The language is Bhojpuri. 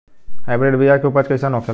हाइब्रिड बीया के उपज कैसन होखे ला?